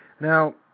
Now